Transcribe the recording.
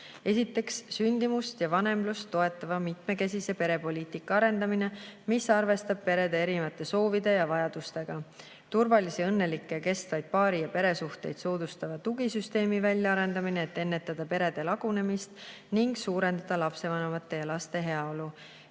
Esiteks, sündimust ja vanemlust toetava mitmekesise perepoliitika arendamine, mis arvestab perede erinevate soovide ja vajadustega: turvalisi, õnnelikke ja kestvaid paari‑ ja peresuhteid soodustava tugisüsteemi väljaarendamine, et ennetada perede lagunemist ning suurendada lapsevanemate ja laste heaolu;